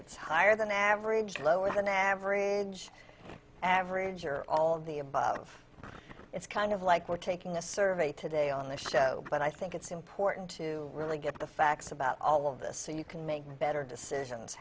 it's higher than average lower than average average or all of the above it's kind of like we're taking a survey today on the show but i think it's important to really get the facts about all of this so you can make better decisions